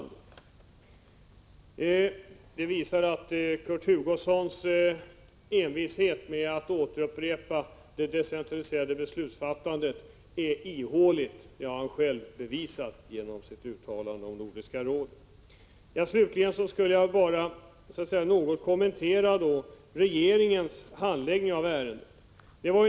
Det visar att Kurt Hugossons envishet att upprepa talet om det decentraliserade beslutsfattandet är ihålig. Det har han själv bevisat genom sitt uttalande om Nordiska rådet. Slutligen skulle jag bara vilja kommentera regeringens handläggning av ärendet.